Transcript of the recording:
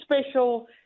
special